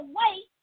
wait